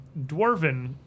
dwarven